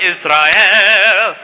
Israel